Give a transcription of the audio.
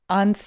on